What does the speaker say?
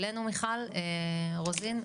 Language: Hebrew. מיכל רוזין.